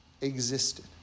existed